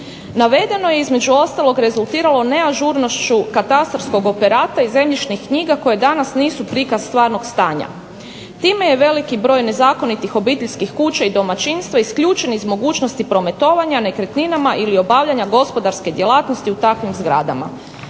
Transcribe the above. Navedeno je između ostalog rezultiralo neažurnošću katastarskog operata i zemljišnih knjiga koje danas nisu prikaz stvarnog stanja. time je veliki broj nezakonitih obiteljskih kuća i domaćinstva isključen iz mogućnosti prometovanja nekretninama ili obavljanja gospodarske djelatnosti u takvim zgradama".